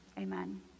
Amen